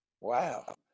Wow